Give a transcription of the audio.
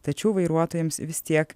tačiau vairuotojams vis tiek